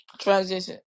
transition